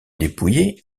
dépouillé